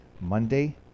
Monday